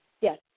Yes